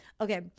Okay